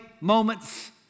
moments